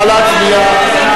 נא להצביע.